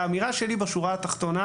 האמירה שלי בשורה התחתונה